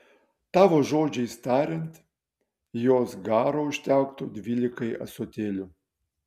tavo žodžiais tariant jos garo užtektų dvylikai ąsotėlių